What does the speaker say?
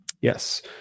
Yes